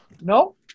No